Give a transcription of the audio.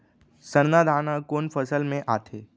सरना धान ह कोन फसल में आथे?